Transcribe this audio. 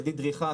ידית דריכה,